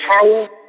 power